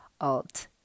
Alt